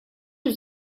yüz